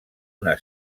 una